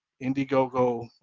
Indiegogo